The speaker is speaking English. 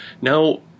now